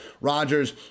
Rodgers